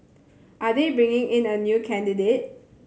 are they bringing in a new candidate